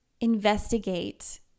investigate